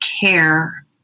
care